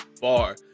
far